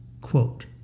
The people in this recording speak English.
quote